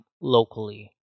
locally